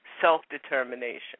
self-determination